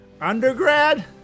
Undergrad